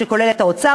שכולל את האוצר,